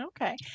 okay